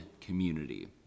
community